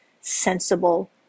sensible